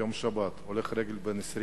יום שבת, הולך רגל בן 20